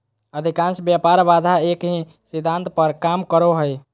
अधिकांश व्यापार बाधा एक ही सिद्धांत पर काम करो हइ